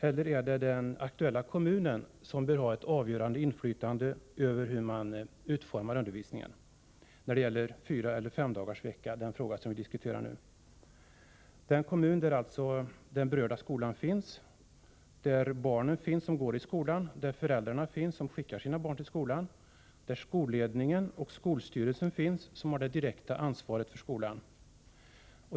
Eller bör den aktuella kommunen ha ett avgörande inflytande över hur undervisningen utformas t.ex. när det gäller fyraeller femdagarsvecka — den kommun där den berörda skolan finns, där barnen finns som går i skolan, där föräldrarna finns som skickar sina barn till skolan, där skolledningen och skolstyrelsen finns som har det direkta ansvaret för skolan?